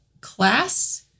class